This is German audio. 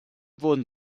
wurden